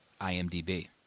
IMDb